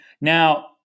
Now